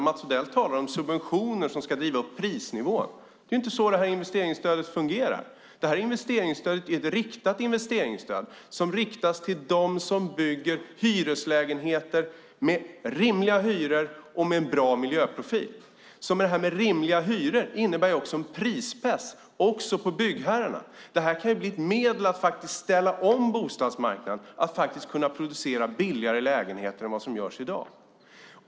Mats Odell talar om subventioner som ska driva upp prisnivån. Det är inte så investeringsstödet fungerar. Investeringsstödet är riktat till dem som bygger hyreslägenheter med rimliga hyror och en bra miljöprofil. Rimliga hyror innebär dessutom en prispress på byggherrarna. Att kunna producera billigare lägenheter än vad som sker i dag kan bli ett medel för att faktiskt ställa om bostadsmarknaden.